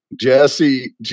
jesse